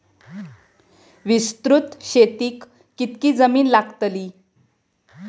विस्तृत शेतीक कितकी जमीन लागतली?